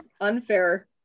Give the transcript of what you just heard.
Unfair